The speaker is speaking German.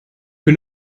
bin